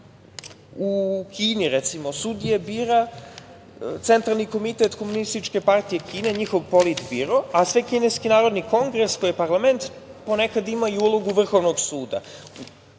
u Kini sudije bira Centralni komitet komunističke partije Kine, njihov politbiro, a Svekineski narodni kongres, to je parlament, ponekad ima ulogu vrhovnog suda.